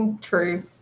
True